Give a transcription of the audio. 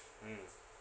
mm